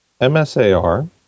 MSAR